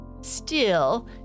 Still